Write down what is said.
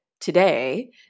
today